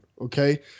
Okay